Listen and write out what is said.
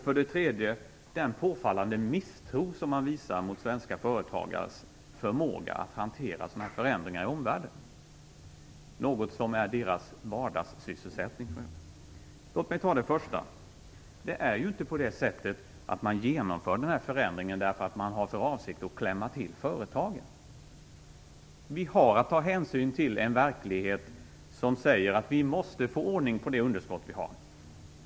För det tredje visar man en påfallande misstro mot svenska företagares förmåga att hantera förändringar i omvärlden, något som för övrigt är deras vardagssysselsättning. Låt mig ta det första: Man genomför inte denna förändring därför att man har för avsikt att klämma till företagen. Vi har att ta hänsyn till en verklighet som säger att vi måste få ordning på det underskott vi har.